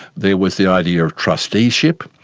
there was the idea of trusteeship,